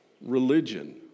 religion